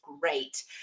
great